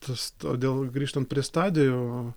tas todėl grįžtant prie stadijų